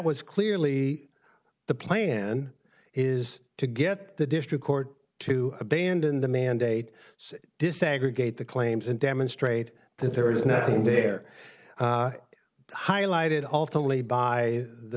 was clearly the plan is to get the district court to abandon the mandate desegregate the claims and demonstrate that there is nothing there highlighted ultimately by the